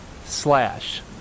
slash